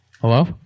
Hello